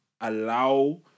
allow